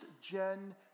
gen